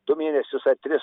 du mėnesius ar tris